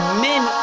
men